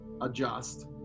adjust